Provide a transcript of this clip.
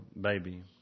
baby